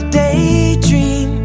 daydream